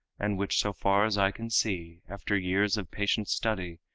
and which so far as i can see, after years of patient study,